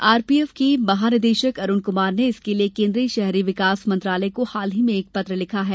RPF के महानिदेशक अरुण कुमार ने इसके लिए केन्द्रीय शहरी विकास मंत्रालय को हाल ही में एक पत्र लिखा है